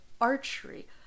archery